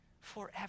Forever